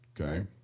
okay